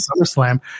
SummerSlam